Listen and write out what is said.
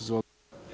Izvolite.